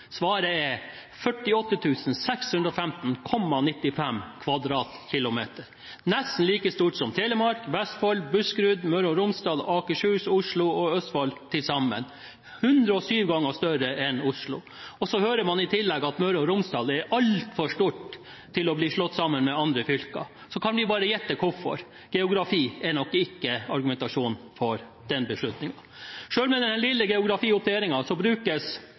Svaret er: 48 615,95 km2 – nesten like stort som Telemark, Vestfold, Buskerud, Møre og Romsdal, Akershus, Oslo og Østfold til sammen og 107 ganger større enn Oslo. Og så hører man at Møre og Romsdal er altfor stort til å bli slått sammen med andre fylker! Vi kan bare gjette hvorfor. Geografi er nok ikke argumentasjonen for den beslutningen. Selv med denne lille geografiorienteringen brukes